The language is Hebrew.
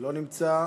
לא נמצא.